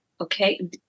Okay